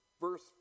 verse